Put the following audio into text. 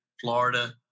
Florida